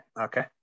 Okay